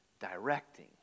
directing